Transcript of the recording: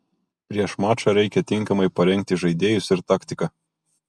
prieš mačą reikia tinkamai parengti žaidėjus ir taktiką